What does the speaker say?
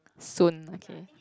soon okay